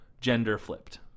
gender-flipped